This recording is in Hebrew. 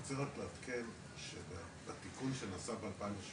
אני רוצה רק לעדכן שהתיקון שנעשה ב- 2018